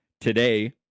today